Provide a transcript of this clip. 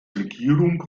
regierung